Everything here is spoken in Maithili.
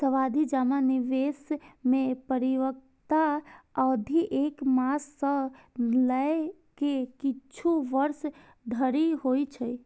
सावाधि जमा निवेश मे परिपक्वता अवधि एक मास सं लए के किछु वर्ष धरि होइ छै